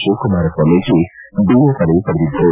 Shivakumara Swamiji BA ಪದವಿ ಪಡೆದಿದ್ದರು